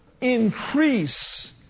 increase